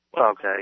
Okay